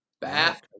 bath